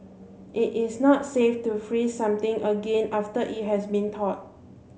it is not safe to freeze something again after it has been thawed